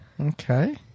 okay